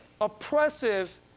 oppressive